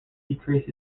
decreases